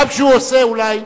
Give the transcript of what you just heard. גם כשהוא עושה אולי,